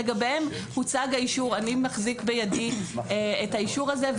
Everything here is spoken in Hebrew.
לגביהם הוצג האישור ואני מחזיק בידי את האישור הזה,